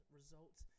results